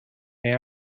may